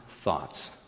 thoughts